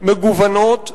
מגוונות וחלופיות,